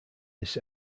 this